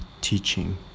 teaching